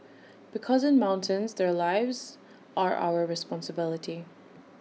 because in the mountains their lives are our responsibility